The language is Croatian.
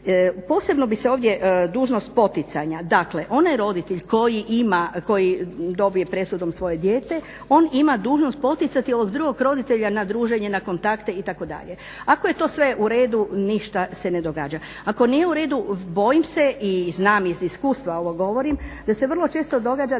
Posebno bih se ovdje dužnost poticanja, dakle onaj roditelj koji dobije presudom svoje dijete on ima dužnost poticati ovog drugog roditelja na druženje, na kontakte itd. Ako je to sve u redu ništa se ne događa, ako nije u redu bojim se i znam iz iskustva ovo govorim da se vrlo često događa